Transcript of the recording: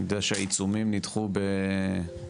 אני יודע שעיצומים נדחו בשבועיים,